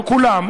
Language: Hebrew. לא כולם,